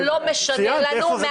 זה לא משנה לנו,